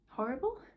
horrible